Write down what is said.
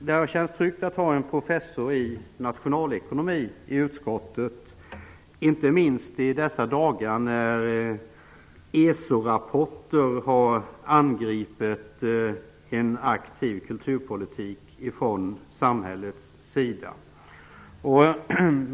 Det har känts tryggt att ha en professor i nationalekonomi i utskottet, inte minst i dessa dagar när ESO-rapporter har angripit en aktiv kulturpolitik från samhällets sida.